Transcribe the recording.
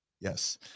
Yes